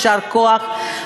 יישר כוח.